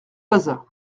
bazin